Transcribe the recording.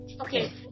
Okay